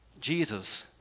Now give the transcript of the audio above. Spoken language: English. Jesus